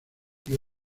dio